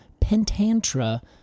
Pentantra